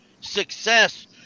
success